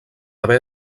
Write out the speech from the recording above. haver